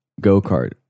go-kart